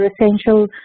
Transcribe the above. essential